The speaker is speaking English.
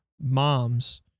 moms